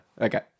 Okay